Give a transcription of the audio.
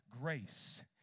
grace